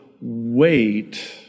wait